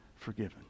forgiven